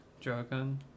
Dragon